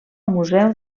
museu